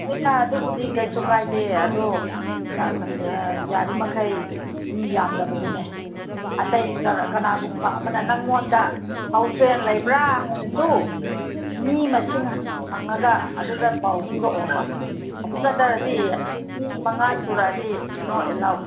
ꯍꯣꯏꯗ ꯑꯗꯨꯕꯨꯗꯤ ꯀꯩꯁꯨ ꯀꯥꯏꯗꯦ ꯑꯗꯣ ꯅꯪ ꯌꯥꯔꯤ ꯃꯈꯩ ꯃꯤ ꯌꯥꯝꯗꯕꯗꯨꯅꯦ ꯑꯇꯩ ꯀꯅꯥꯒꯨꯝꯕ ꯑꯃꯅ ꯅꯉꯣꯟꯗ ꯍꯥꯎꯁ ꯔꯦꯟ ꯂꯩꯕ꯭ꯔꯥ ꯍꯥꯏꯔꯁꯨ ꯃꯤ ꯃꯁꯤꯡ ꯍꯪꯂꯒ ꯑꯗꯨꯗ ꯄꯥꯎ ꯄꯤꯔꯛꯑꯣꯕ ꯑꯗꯨ ꯅꯠꯇ꯭ꯔꯗꯤ ꯃꯤ ꯃꯉꯥ ꯁꯨꯔꯛꯂꯗꯤ ꯅꯣ ꯑꯦꯂꯥꯎꯗ